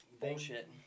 bullshit